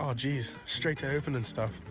um geez, straight to opening stuff.